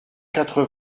quatre